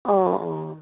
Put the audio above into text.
অঁ অঁ